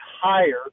higher